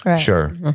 Sure